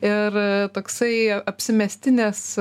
ir toksai apsimestinės